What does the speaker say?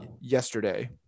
yesterday